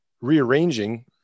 rearranging